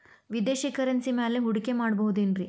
ವಿದೇಶಿ ಕರೆನ್ಸಿ ಮ್ಯಾಲೆ ಹೂಡಿಕೆ ಮಾಡಬಹುದೇನ್ರಿ?